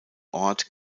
ort